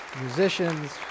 musicians